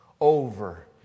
over